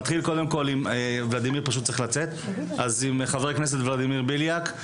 נתחיל קודם כול עם חבר הכנסת ולדימיר בליאק,